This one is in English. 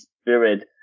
spirit